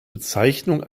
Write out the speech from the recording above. bezeichnung